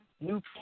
new